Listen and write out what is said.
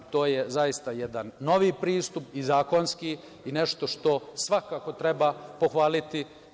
To je zaista jedan novi pristup i zakonski i nešto što svakako treba pohvaliti.